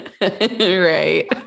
Right